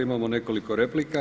Imamo nekoliko replika.